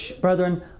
Brethren